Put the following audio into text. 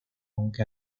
aunque